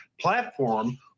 platform